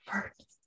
first